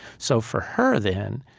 so for her, then,